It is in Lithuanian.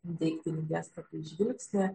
deiktinį gestą tai žvilgsnį